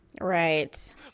Right